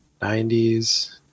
90s